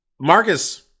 Marcus